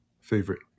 favorite